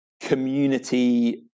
community